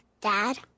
Dad